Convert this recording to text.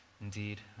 Indeed